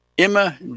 Emma